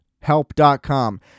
help.com